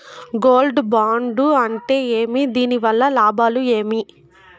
Gold bond అంటే ఏమి? దీని వల్ల లాభాలు ఏమి?